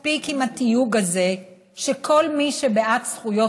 מספיק עם התיוג הזה שכל מי שבעד זכויות